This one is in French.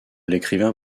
l’écrivain